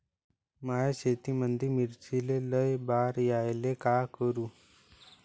माया शेतामंदी मिर्चीले लई बार यायले का करू?